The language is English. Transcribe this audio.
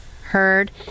heard